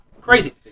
Crazy